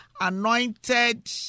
anointed